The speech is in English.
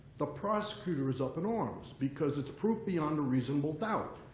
the prosecutor is up in arms. because it's proof beyond a reasonable doubt.